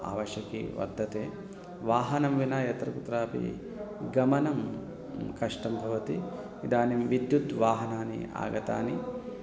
आवश्यकी वर्तते वाहनं विना यत्र कुत्रापि गमनं कष्टं भवति इदानीम् विद्युत् वाहनानि आगतानि